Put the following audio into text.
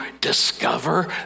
discover